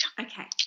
okay